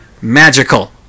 Magical